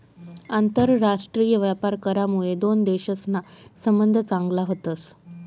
आंतरराष्ट्रीय व्यापार करामुये दोन देशसना संबंध चांगला व्हतस